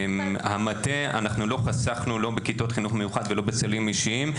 המטה לא חסכנו לא בכיתות חינוך מיוחד ולא בסלים אישיים.